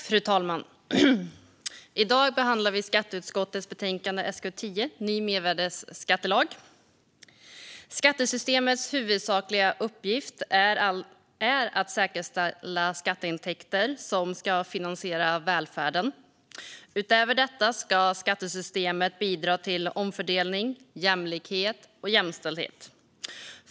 Fru talman! I dag behandlar vi skatteutskottets betänkande SkU10 Ny mervärdesskattelag . Skattesystemets huvudsakliga uppgift är att säkerställa skatteintäkter som ska finansiera välfärden. Utöver detta ska skattesystemet bidra till omfördelning, jämlikhet och jämställdhet.